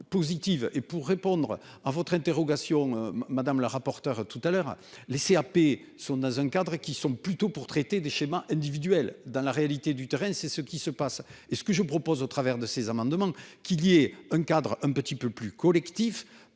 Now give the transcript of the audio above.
et pour répondre à votre interrogation. Madame la rapporteure tout à l'heure les CRP sont dans un cadre et qui sont plutôt pour traiter des schémas individuelle dans la réalité du terrain. C'est ce qui se passe et ce que je propose au travers de ces amendements qu'il y ait un cadre un petit peu plus collectif